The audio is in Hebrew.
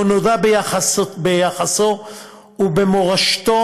והוא נודע ביחסו ובמורשתו,